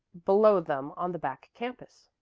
below them on the back campus.